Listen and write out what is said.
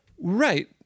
Right